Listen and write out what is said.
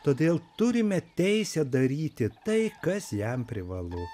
todėl turime teisę daryti tai kas jam privalu